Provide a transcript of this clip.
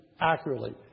accurately